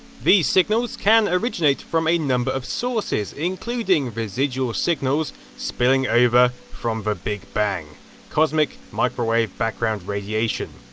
these signals can originate from a number of sources including residual signals spilling over from ah big bang cosmic microwave background radiation,